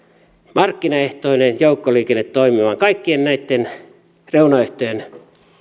markkinaehtoinen joukkoliikenne toimimaan kaikkien näitten reunaehtojen